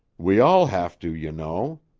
we all have to, you know.